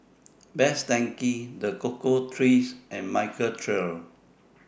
Best Denki The Cocoa Trees and Michael Trio